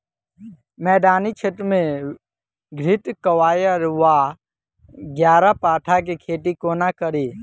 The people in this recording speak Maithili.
मैदानी क्षेत्र मे घृतक्वाइर वा ग्यारपाठा केँ खेती कोना कड़ी?